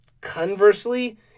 Conversely